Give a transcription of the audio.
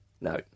No